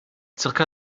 zirka